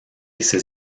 ces